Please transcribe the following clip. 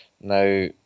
Now